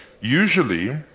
Usually